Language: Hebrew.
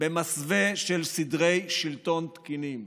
במסווה של סדרי שלטון תקינים.